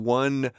one